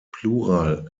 plural